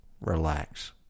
relax